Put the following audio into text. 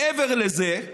מעבר לזה,